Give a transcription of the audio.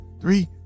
three